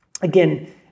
again